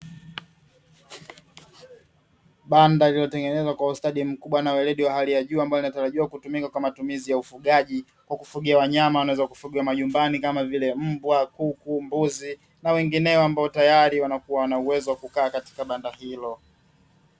Banda liliyotengenezwa kwa ustadi mkubwa na we radio wa hali ya juu ambayo inatarajiwa kutumika kwa matumizi ya ufugaji, kwa kufugia wanyama wanaweza kufuga majumbani kama vile mbwa, kuku, mbuzi na wengineo ambao tayari wanakuwa na uwezo wa kukaa katika banda hilo.